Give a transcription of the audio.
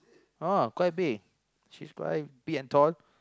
oh quite big she's quite big and tall